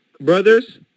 Brothers